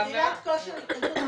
מניעת כושר התנגדות,